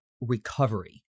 recovery